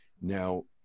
Now